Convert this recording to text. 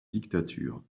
dictature